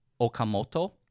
okamoto